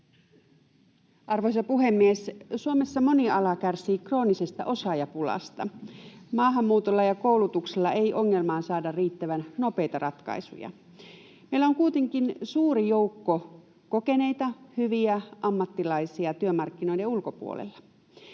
Arvoisa puhemies! Suomessa moni ala kärsii kroonisesta osaajapulasta. Maahanmuutolla ja koulutuksella ei ongelmaan saada riittävän nopeita ratkaisuja. Meillä on kuitenkin suuri joukko kokeneita, hyviä ammattilaisia työmarkkinoiden ulkopuolella.